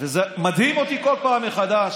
וזה מדהים אותי כל פעם מחדש.